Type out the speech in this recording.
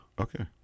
Okay